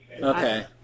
Okay